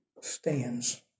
stands